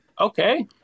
okay